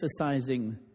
emphasizing